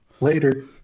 Later